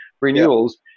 renewals